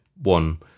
one